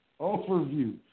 Overview